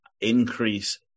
increase